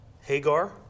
Hagar